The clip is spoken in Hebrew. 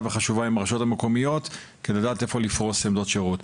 וחשובה עם הרשויות המקומיות כדי לדעת איפה לפרוש עמדות שירות.